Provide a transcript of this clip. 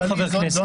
כל חבר כנסת.